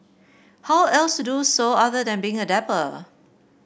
how else to do so other than being a dapper